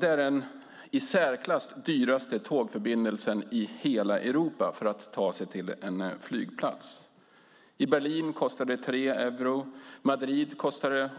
Det är den i särklass dyraste tågförbindelsen i hela Europa för att ta sig till en flygplats. I Berlin kostar det 3 euro, i Madrid